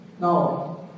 Now